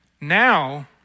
now